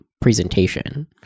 presentation